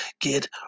get